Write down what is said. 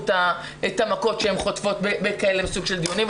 את המכות שהן חוטפות בסוג דיונים כזה.